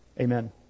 amen